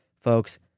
folks